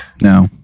no